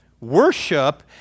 worship